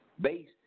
based